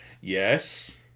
Yes